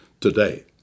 today